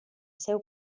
seu